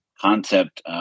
concept